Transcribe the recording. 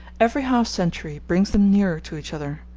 every half century brings them nearer to each other,